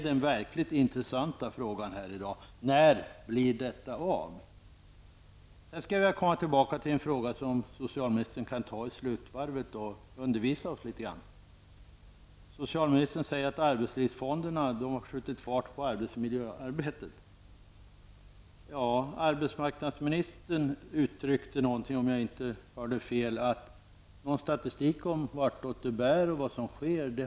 Den verkligt intressanta frågan i dag är: När blir detta av? Jag vill sedan återkomma till en fråga som socialministern kan svara på i slutvarvet och passa på att undervisa oss litet grand. Socialministern sade att arbetslivsfonderna har skjutit fart på arbetsmiljöarbetet. Om jag inte hörde fel, uttryckte arbetsmarknadsministern någonting om att hon inte hade något statistik att ge över vart åt det bär och vad som sker.